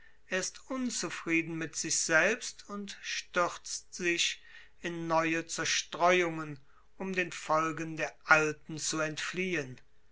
er ist unzufrieden mit sich selbst und stürzt sich in neue zerstreuungen um den folgen der alten zu entfliehen